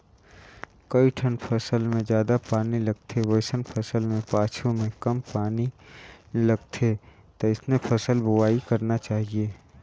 कइठन फसल मे जादा पानी लगथे वइसन फसल के पाछू में कम पानी लगथे तइसने फसल बोवाई करना चाहीये